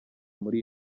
muri